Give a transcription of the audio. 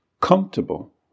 comfortable